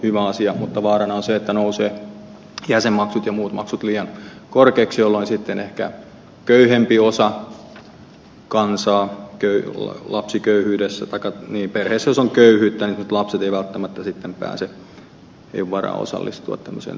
hyvä asia mutta vaarana on se että jäsenmaksut ja muut maksut nousevat liian korkeiksi jolloin sitten ehkä köyhemmässä osassa kansaa jos perheessä on köyhyyttä lapset eivät välttämättä sitten pääse ei ole varaa osallistua tämmöiseen toimintaan